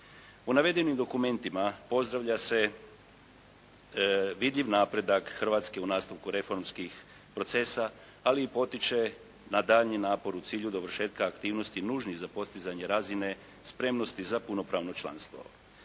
U navedenim dokumentima pozdravlja se vidljiv napredak Hrvatske u nastavku reformskih procesa, ali i potiče na daljnji napor u cilju dovršetka aktivnosti nužnih za postizanje razine spremnosti za punopravno članstvo.